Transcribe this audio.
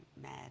mad